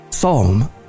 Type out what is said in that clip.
Psalm